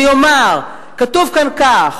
אני אומר, כתוב כאן כך: